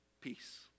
Peace